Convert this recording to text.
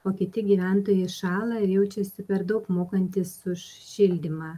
o kiti gyventojai šąla ir jaučiasi per daug mokantys už šildymą